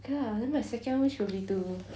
okay lah then my second wish will be to